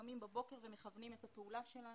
קמים בבוקר ומכוונים את הפעולה שלנו.